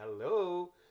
hello